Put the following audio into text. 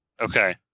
okay